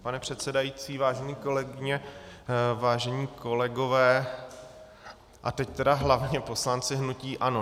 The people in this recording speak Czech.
Pane předsedající, vážené kolegyně, vážení kolegové, a teď teda hlavně poslanci hnutí ANO.